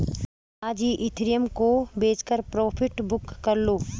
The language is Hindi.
आज ही इथिरियम को बेचकर प्रॉफिट बुक कर लो